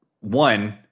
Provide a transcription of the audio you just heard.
one